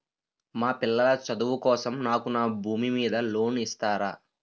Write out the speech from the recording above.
మా పిల్లల చదువు కోసం నాకు నా భూమి మీద లోన్ ఇస్తారా?